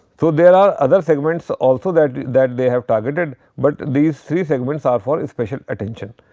so, there are other segments also that that they have targeted, but these three segments are for special attention.